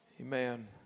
amen